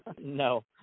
no